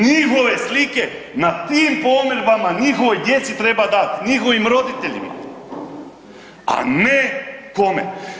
Njihove slike na tim pomirbama njihovoj djeci treba dati, njihovim roditeljima, a ne kome?